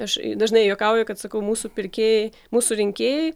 aš dažnai juokauju kad sakau mūsų pirkėjai mūsų rinkėjai